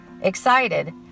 Excited